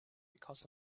because